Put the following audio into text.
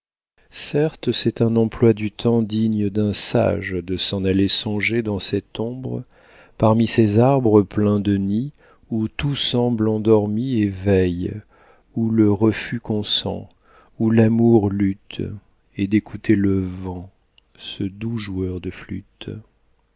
certes c'est un emploi du temps digne d'un sage de s'en aller songer dans cette ombre parmi ces arbres pleins de nids où tout semble endormi et veille où le refus consent où l'amour lutte et d'écouter le vent ce doux joueur de flûte